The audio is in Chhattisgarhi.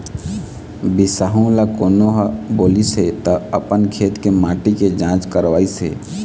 बिसाहू ल कोनो ह बोलिस हे त अपन खेत के माटी के जाँच करवइस हे